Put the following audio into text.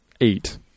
eight